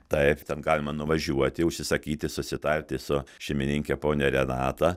taip ten galima nuvažiuoti užsisakyti susitarti su šeimininke ponia renata